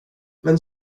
men